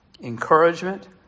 encouragement